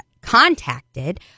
contacted